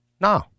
No